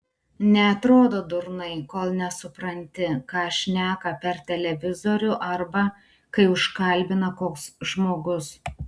neatrodo durnai kol nesupranti ką šneka per televizorių arba kai užkalbina koks žmogus